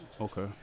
Okay